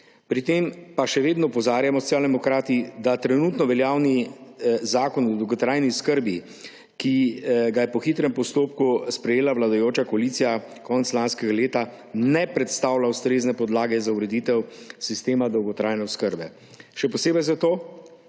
demokrati še vedno opozarjamo, da trenutno veljavni zakon o dolgotrajni oskrbi, ki ga je po hitrem postopku sprejela vladajoča koalicija konec lanskega leta, ne predstavlja ustrezne podlage za ureditev sistema dolgotrajne oskrbe, še posebej zato